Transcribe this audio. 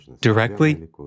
directly